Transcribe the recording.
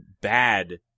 bad